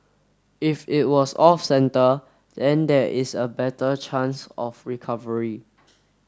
if it was off centre then there is a better chance of recovery